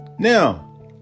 Now